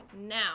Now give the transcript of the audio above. now